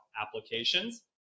applications